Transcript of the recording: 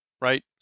Right